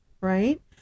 right